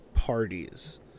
parties